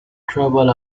trouble